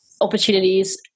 opportunities